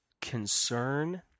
concern